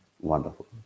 Wonderful